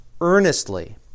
earnestly